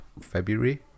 February